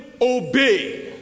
obey